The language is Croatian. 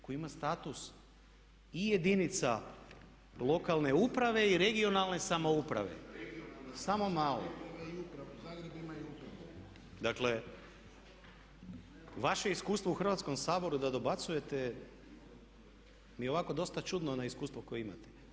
Koji ima status i jedinica lokalne uprave i regionalne samouprave. … [[Upadica se ne razumije.]] Samo malo, dakle vaše iskustvo u Hrvatskom saboru da dobacujete mi je ovako dosta čudno na iskustvo koje imate.